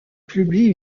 publie